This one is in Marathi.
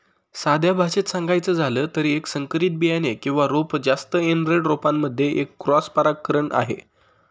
साध्या भाषेत सांगायचं झालं तर, एक संकरित बियाणे किंवा रोप जास्त एनब्रेड रोपांमध्ये एक क्रॉस परागकण आहे